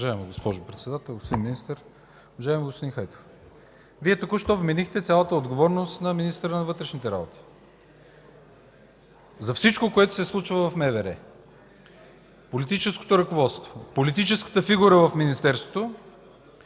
Вие току-що вменихте цялата отговорност на министъра на вътрешните работи за всичко, което се случва в МВР. Политическото ръководството, политическата фигура в Министерството